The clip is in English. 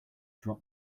drop